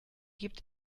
gibt